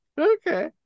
Okay